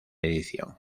edición